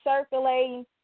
circulating